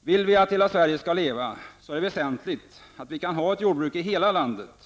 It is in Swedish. Vill vi att hela Sverige skall leva, är det väsentligt att vi kan ha ett jordbruk i hela landet.